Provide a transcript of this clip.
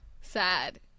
sad